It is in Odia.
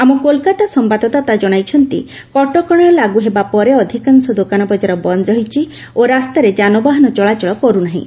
ଆମ କୋଲକାତା ସମ୍ଭାଦଦାତା ଜଣାଇଛନ୍ତି କଟକଣା ଲାଗୁ ହେବା ପରେ ଅଧିକାଂଶ ଦୋକାନ ବଜାର ବନ୍ଦ ରହିଛି ଓ ରାସ୍ତାରେ ଯାନବାହାନ ଚଳାଚଳ କରୁନାହିଁ